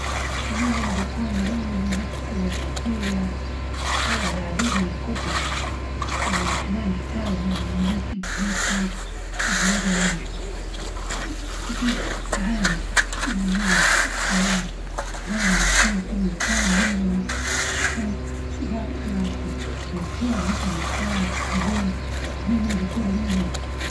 نني بيكون عندي مكتبة شخصية تحتوي على عديد من الكتب اللي ننا نحتاجها اللي ننا نحب نقرأ نحب نقرا واجد في الكتب عالم من المعرفة والخيال لازم يكون كل انسان مننا على الاقل يجرا في ال-في الاسبوع مثلا كتاب، كتابين، أحيانا عندي مكتوبة.